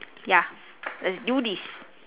ya let's do this